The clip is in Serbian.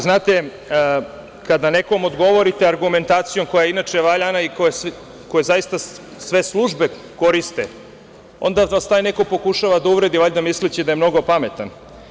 Znate, kada nekom odgovorite argumentacijom koja je inače valjana i koju zaista sve službe koriste, onda vas taj neko pokušava da uvredi, valjda misleći da je mnogo pametan.